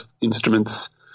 instruments